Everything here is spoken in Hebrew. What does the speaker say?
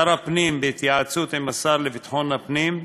שר הפנים, בהתייעצות עם השר לביטחון הפנים,